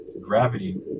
gravity